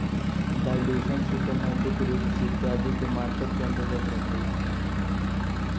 valuation, systematic risk इत्यादि के market के अंतर्गत रखल जा हई